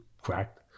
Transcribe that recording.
cracked